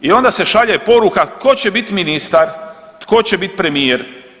I onda se šalje poruka tko će bit ministar, tko će bit premijer?